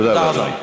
תודה רבה.